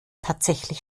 tatsächlich